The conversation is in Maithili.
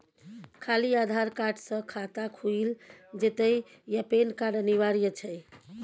खाली आधार कार्ड स खाता खुईल जेतै या पेन कार्ड अनिवार्य छै?